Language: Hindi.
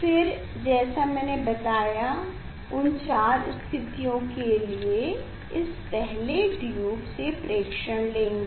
फिर जैसा मैने बताया उन 4 स्थितियों के लिए इस पहले ट्यूब से प्रेक्षण लेंगे